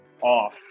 off